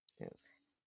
Yes